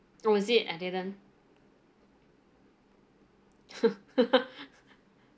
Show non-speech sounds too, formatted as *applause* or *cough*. oh is it I didn't *laughs*